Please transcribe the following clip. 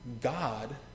God